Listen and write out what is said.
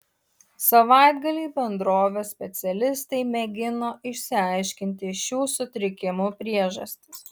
savaitgalį bendrovės specialistai mėgino išsiaiškinti šių sutrikimų priežastis